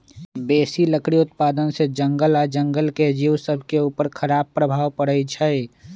बेशी लकड़ी उत्पादन से जङगल आऽ जङ्गल के जिउ सभके उपर खड़ाप प्रभाव पड़इ छै